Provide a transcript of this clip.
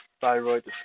thyroid